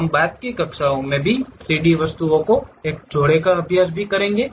हम बाद की कक्षाओं में भी 3 डी वस्तुओं के एक जोड़े का अभ्यास करेंगे